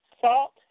salt